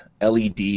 LED